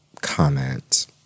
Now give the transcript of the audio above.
comment